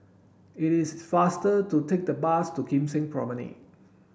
it is faster to take the bus to Kim Seng Promenade